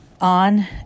on